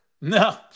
No